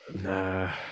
nah